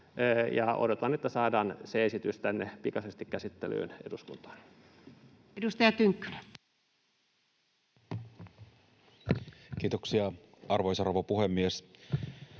odotan, että se esitys saadaan pikaisesti käsittelyyn tänne eduskuntaan. Edustaja Tynkkynen. Kiitoksia, arvoisa rouva puhemies!